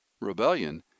Rebellion